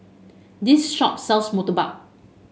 this shop sells murtabak